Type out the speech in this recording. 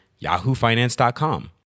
yahoofinance.com